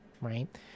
right